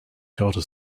charter